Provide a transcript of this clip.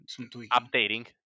updating